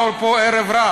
באו לפה ערב-רב,